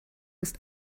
ist